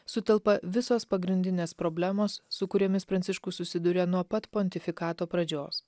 sutelpa visos pagrindinės problemos su kuriomis pranciškus susiduria nuo pat pontifikato pradžios